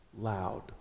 loud